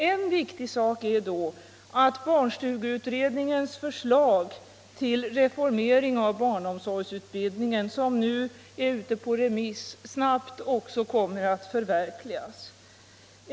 En viktig sak är då att barnstugeutredningens förslag till reformering av barnomsorgsutbildningen, som nu är ute på remiss, snabbt kommer att förverkligas.